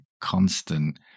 constant